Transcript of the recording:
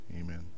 Amen